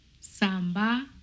Samba